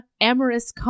amorous